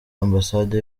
ambasade